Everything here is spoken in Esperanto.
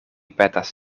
petas